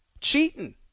cheating